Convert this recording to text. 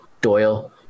Doyle